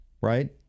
right